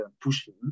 pushing